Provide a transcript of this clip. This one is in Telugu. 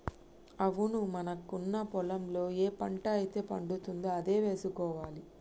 అవును మనకున్న పొలంలో ఏ పంట అయితే పండుతుందో అదే వేసుకోవాలి